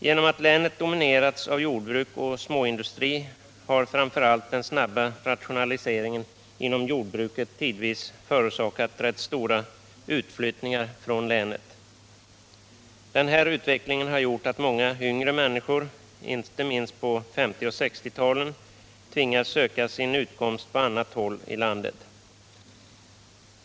Genom att länet domineras av jordbruk och småindustri har framför allt den snabba rationaliseringen inom jordbruket tidvis förorsakat rätt stora utflyttningar från länet. Den här utvecklingen har gjort att många yngre människor — inte minst på 1950 och 1960-talet — tvingats söka sin utkomst på annat håll i landet.